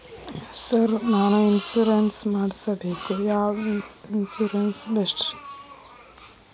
Sir ನಾನು insurance ಮಾಡಿಸಬೇಕು ಯಾವ ಇನ್ಶೂರೆನ್ಸ್ ಬೆಸ್ಟ್ರಿ?